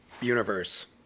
universe